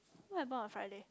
I think about Friday